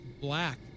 black